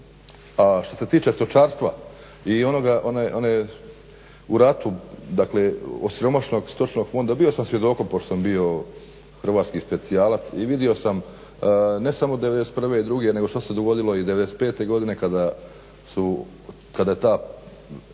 A što se tiče stočarstva i onog, one u ratu, dakle osiromašenog stočnog fonda, bio sam svjedokom pošto sam bio Hrvatski specijalac i vidio sam, ne samo 91. i 92. nego što se dogodilo i 95. godine kada su, kada